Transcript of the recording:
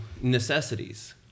necessities